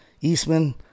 Eastman